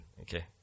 okay